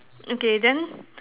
okay then